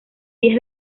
pies